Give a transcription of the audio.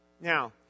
Now